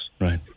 Right